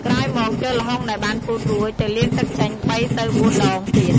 ក្រោយមក យកល្ហុងដែលបានពូតរួចទៅលាងទឹកចេញ ៣ ទៅ ៤ ដងទៀត។